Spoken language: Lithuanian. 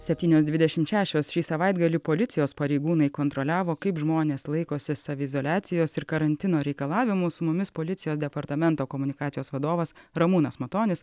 septynios dvidešimt šešios šį savaitgalį policijos pareigūnai kontroliavo kaip žmonės laikosi saviizoliacijos ir karantino reikalavimų su mumis policijos departamento komunikacijos vadovas ramūnas matonis